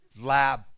Lab